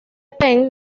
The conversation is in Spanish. penn